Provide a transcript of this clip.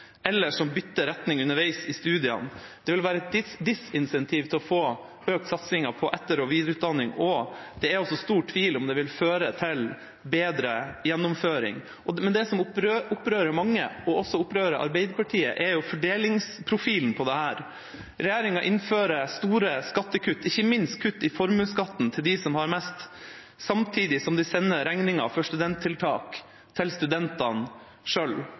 eller som bytter retning underveis i studiene. Det vil være et disincentiv til å få økt satsingen på etter- og videreutdanning, og det er også stor tvil om det vil føre til bedre gjennomføring. Men det som opprører mange, og som også opprører Arbeiderpartiet, er fordelingsprofilen på dette. Regjeringa innfører store skattekutt, ikke minst kutt i formuesskatten, til dem som har mest, samtidig som de sender regningen for studenttiltak til studentene